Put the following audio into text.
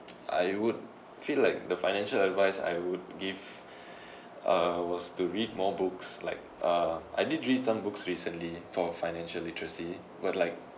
I would feel like the financial advice I would give uh was to read more books like uh I did read some books recently for financial literacy but like